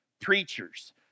preachers